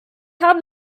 habe